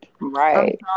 right